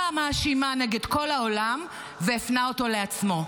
המאשימה נגד כל העולם והפנה אותה לעצמו,